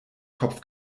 kopf